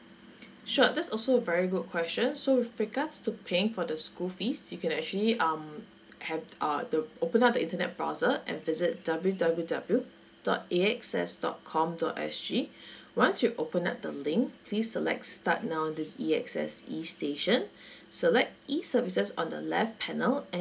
sure that's also a very good question so with regards to paying for the school fees you can actually um have uh to open up the internet browser and visit W W W dot A X S dot com dot S G once you open up the link please select start now the A_X_S e station select e services on the left panel and